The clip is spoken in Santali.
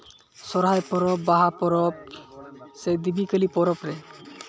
ᱥᱚᱦᱚᱨᱟᱭ ᱯᱚᱨᱚᱵᱽ ᱵᱟᱦᱟ ᱯᱚᱨᱚᱵᱽ ᱥᱮ ᱫᱮᱵᱤ ᱠᱟᱹᱞᱤ ᱯᱚᱨᱚᱵᱽ ᱨᱮ